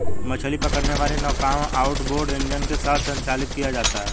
मछली पकड़ने वाली नौकाओं आउटबोर्ड इंजन के साथ संचालित किया जाता है